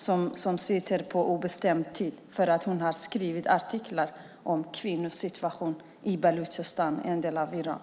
Hon sitter fängslad på obestämd tid därför att hon har skrivit artiklar om kvinnors situation i Baluchistan, en del av Iran.